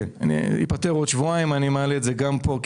מעלה את זה גם פה,